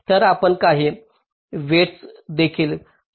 तर आपण काही वेईटस देखील परिभाषित करू शकतो